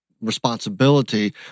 responsibility